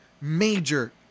major